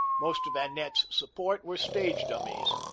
most of annette's support were stage dummies.